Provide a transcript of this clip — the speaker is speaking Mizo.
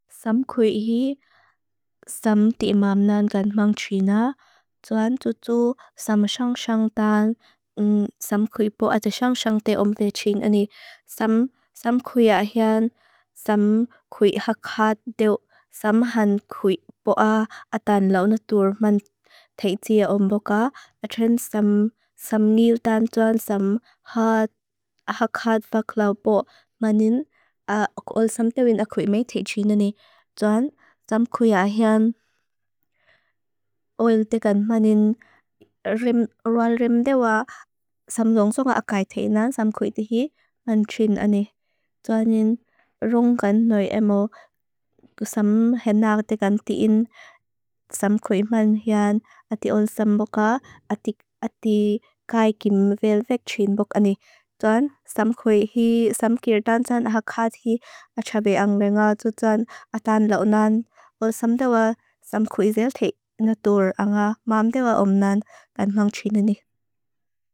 No fe hi keng sil nan emo til difain nan gan manjang pui chin ani. No fe a a hiyan gua dam tak aneya. Jum hi a chan tui chu alutea. Jum hi tui chuan sabun tui anjit te gan mani chuan puan a siyam tea. Jum hi tui alutea alute chuan no fe chung a khan tui ka a in ko la. Jum hi a in ko chuan gan juk man na gan nan tak a force kan pekan gan til non a khan aron dipuan te ani. Jum hi gan no fe a hiyan gua omo van kan kami tui ka alute na zung zung a chuan kami no fe ka a ko dam baka kan a chan in a ko alute a ko alute te ani. Jum hi tui kan mere baka kan a tui ka tuak china chuan kan tuya kan ti a le chuan tui ka alute le te ane. Jum hi tui gapillary action kan ti ni.